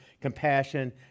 compassion